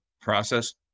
process